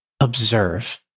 observe